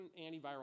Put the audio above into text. antiviral